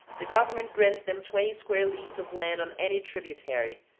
the government grants them twenty square leagues of land on any tributary,